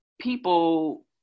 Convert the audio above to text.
people